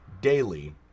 daily